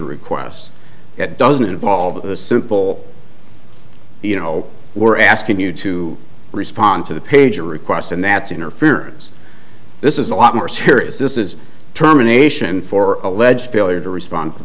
requests that doesn't involve a simple you know we're asking you to respond to the pager requests and that's interference this is a lot more serious this is terminations for alleged failure to respond to